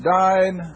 died